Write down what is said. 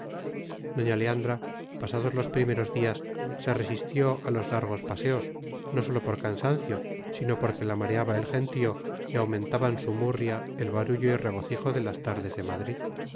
doña leandra pasados los primeros días se resistió a los largos paseos no sólo por cansancio sino porque la mareaba el gentío y aumentaban su murria el barullo y regocijo de las tardes de madrid